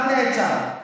אחד נעצר.